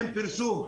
אין פרסום.